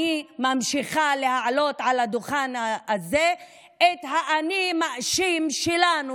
אני ממשיכה להעלות על הדוכן הזה את ה"אני מאשים" שלנו